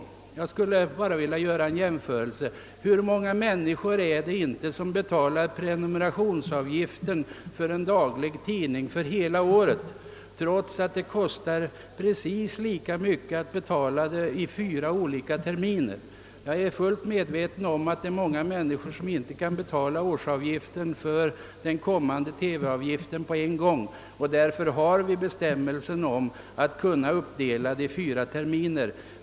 Jag vill också göra en jämförelse. Hur många människor är det inte som betalar prenumerationsavgiften för en daglig tidning för hela året, trots att det kostar precis lika mycket som om de betalar i fyra olika terminer? Jag är fullt medveten om att många inte kan betala den blivande årsavgiften för TV på en gång; därför har vi också bestämmelsen om att den skall kunna uppdelas på fyra terminer.